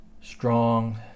strong